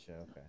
okay